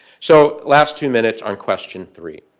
so last two minutes on question three.